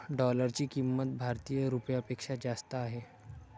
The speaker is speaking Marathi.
डॉलरची किंमत भारतीय रुपयापेक्षा जास्त आहे